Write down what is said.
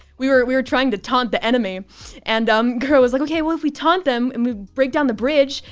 we were we were trying to taunt the enemy and um girl was like, okay, well, if we taunt them and we break down the bridge?